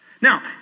Now